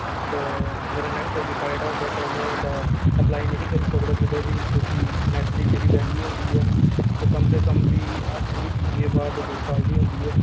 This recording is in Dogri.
ते मेरा नेट क्वालिफाईड ऐ बट में ओल्लै अपलाई नेईं ही करी सकदा क्यूंकि नेट दी जेह्ड़ी वैल्यू होंदी ऐ ओह् कम से कम बी ओह् तुं'दी पीजी दे बाद दो साल होंदी ऐ